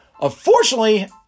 Unfortunately